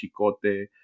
chicote